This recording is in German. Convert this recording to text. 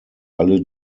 alle